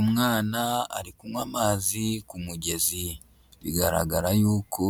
Umwana ari kunywa amazi ku mugezi, bigaragara yuko